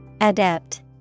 Adept